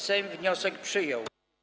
Sejm wniosek przyjął.